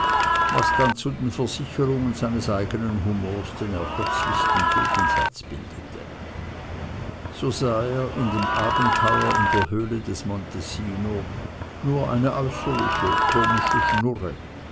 was dann zu den versicherungen seines eigenen humors den ergötzlichsten gegensatz bildete so sah er in dem abenteuer in der höhle des montesinos nur eine äußerliche komische schnurre